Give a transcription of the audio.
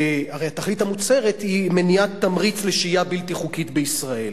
הרי התכלית המוצהרת היא מניעת תמריץ לשהייה בלתי חוקית בישראל,